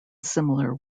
similar